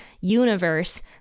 universe